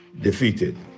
defeated